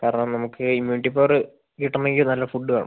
കാരണം നമുക്ക് immunity power കിട്ടണമെങ്കിൽ നല്ല ഫുഡ് വേണം